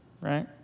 right